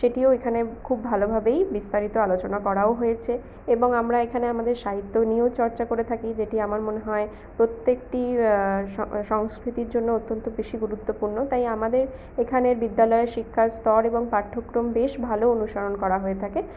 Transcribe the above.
সেটিও এখানে খুব ভালোভাবেই বিস্তারিত আলোচনা করাও হয়েছে এবং আমরা এখানে আমাদের সাহিত্য নিয়েও চর্চা করে থাকি যেটি আমার মনে হয় প্রত্যেকটি সংস্কৃতির জন্য অত্যন্ত বেশি গুরুত্বপূর্ণ তাই আমাদের এখানের বিদ্যালয়ে শিক্ষার স্তর এবং পাঠ্যক্রম বেশ ভালো অনুসরণ করা হয়ে থাকে